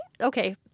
okay